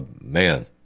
man